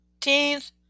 teens